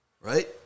right